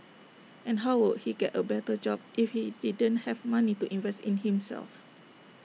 and how would he get A better job if he didn't have money to invest in himself